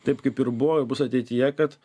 taip kaip ir buvo ir bus ateityje kad